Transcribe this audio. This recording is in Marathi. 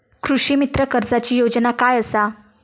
कृषीमित्र कर्जाची योजना काय असा?